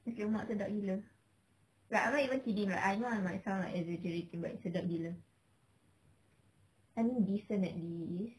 nasi lemak sedap gila but I'm not even kidding I know I might sound like I'm exaggerating but sedap gila I mean decent at least